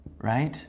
right